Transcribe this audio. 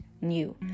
new